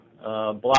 block